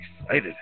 excited